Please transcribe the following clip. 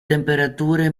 temperature